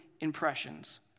impressions